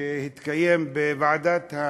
בוועדת,